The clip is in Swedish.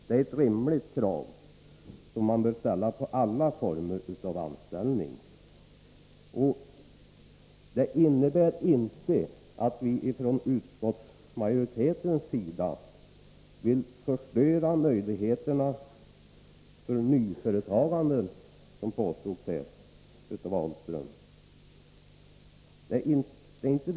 Det är ett rimligt krav som bör ställas på alla former av anställning. Detta innebär inte att utskottsmajoriteten vill förstöra möjligheterna till nyföretagande, vilket Lars Ahlström påstod.